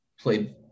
Played